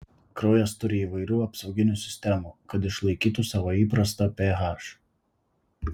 kraujas turi įvairių apsauginių sistemų kad išlaikytų savo įprastą ph